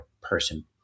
person